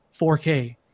4k